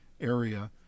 area